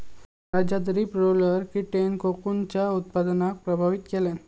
राज्यात leaf roller कीटेन कोकूनच्या उत्पादनाक प्रभावित केल्यान